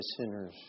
sinners